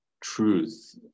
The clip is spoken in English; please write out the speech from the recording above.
truth